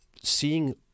seeing